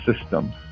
system